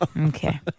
Okay